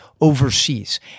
overseas